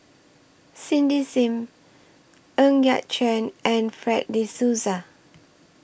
Cindy SIM Ng Yat Chuan and Fred De Souza